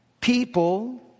people